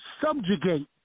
subjugate